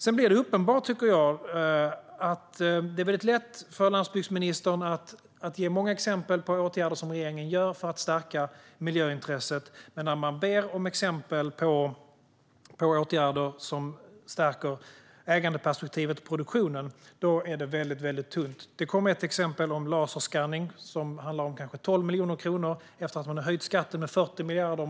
Det blir uppenbart, tycker jag, att det är väldigt lätt för landsbygdsministern att ge många exempel på åtgärder som regeringen vidtar för att stärka miljöintresset. Men när man ber om exempel på åtgärder som stärker ägandeperspektivet och produktionen är det väldigt tunt. Det kom ett exempel som handlar om laserskanning. Det handlar kanske om 12 miljoner kronor, efter att man har höjt skatten med 40 miljarder.